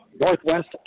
Northwest